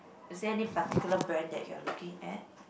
is there any particular brand that you're looking at